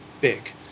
big